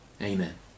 Amen